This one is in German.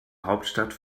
hauptstadt